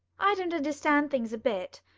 i don't understand things a bit.